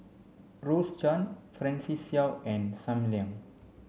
Rose Chan Francis Seow and Sam Leong